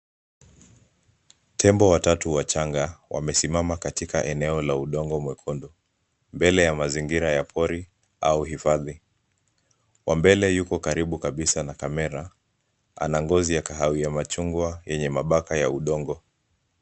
Tembo watatu wachanga wamesimama katika eneo la udongo mwekundu mbele ya mazingira ya pori au hifadhi. Wa mbele yuko karibu kabisa na kamera. Ana ngozi ya kahawia machungwa yenye mabaka ya udongo.